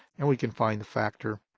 and we can find the factor,